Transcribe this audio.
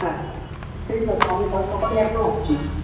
হ্যাঁ ঠিক আছে আমি কাল সকালেই একদম আসছি